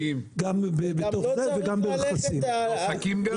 וגם ברכסים.